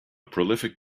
prolific